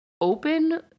open